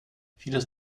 vieles